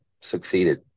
succeeded